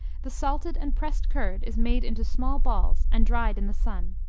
the salted and pressed curd is made into small balls and dried in the sun.